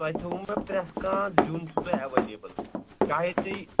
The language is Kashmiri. تۄہہِ تھوٚوٕ مےٚ پرٛتھ کانٛہہ زِیُن چھُ تۄہہِ ایویلیبٕل چاہے تُہۍ